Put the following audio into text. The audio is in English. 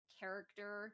character